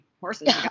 horses